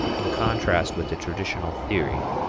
in contrast with the traditional theory,